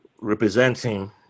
representing